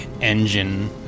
engine